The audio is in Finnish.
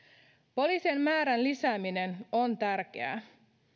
poliisien määrän lisääminen on tärkeää